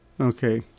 Okay